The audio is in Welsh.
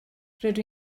rydw